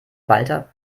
walter